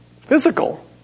physical